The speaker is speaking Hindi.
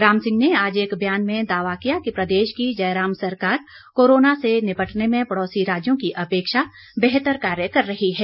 राम सिंह ने आज एक बयान में दावा किया कि प्रदेश की जयराम सरकार कोरोना से निपटने में पड़ोसी राज्यों की अपेक्षा बेहतर कार्य कर रही है